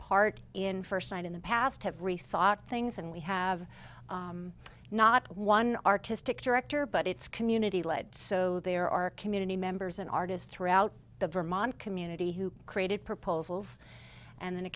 part in first night in the past have rethought things and we have not one artistic director but it's community led so there are community members and artist throughout the vermont community who created proposals and then a